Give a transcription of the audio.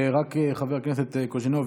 רק חבר הכנסת קוז'ינוב,